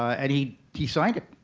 and he he signed it.